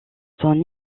son